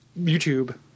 YouTube